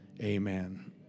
Amen